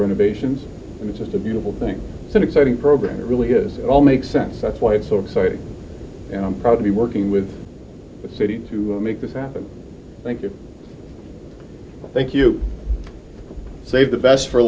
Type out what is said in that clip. renovations and it's just a beautiful thing an exciting program that really has it all makes sense that's why it's so exciting and i'm proud to be working with the city to make this happen thank you thank you save the best for